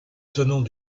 tenant